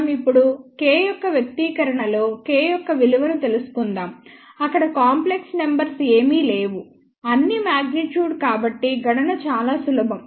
మనం ఇప్పుడు K యొక్క వ్యక్తీకరణలో K యొక్క విలువను తెలుసుకుందాంఅక్కడ కాంప్లెక్స్ నంబర్స్ ఏవీ లేవుఅన్ని మ్యాగ్నిట్వూడ్ కాబట్టి గణన చాలా సులభం